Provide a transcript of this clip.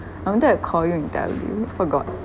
I wanted to call you and tell you forgot